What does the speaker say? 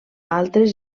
altres